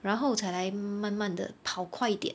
然后才来慢慢地跑快一点